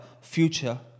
future